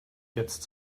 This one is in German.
jetzt